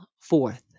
fourth